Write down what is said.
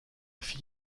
fille